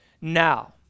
now